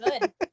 Good